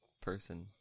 person